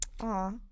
Aw